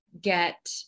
get